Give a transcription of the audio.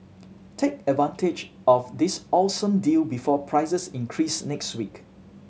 take advantage of this awesome deal before prices increase next week